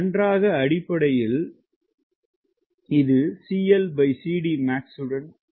நன்றாக அடிப்படையில் இது உடன் ஒத்துள்ளது